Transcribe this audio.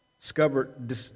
discovered